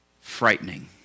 Frightening